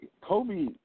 Kobe